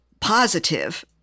positive